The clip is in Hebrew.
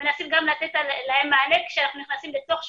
מנסים לתת להם מענה כשאנחנו נכנסים לתוך שכונה.